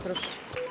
Proszę.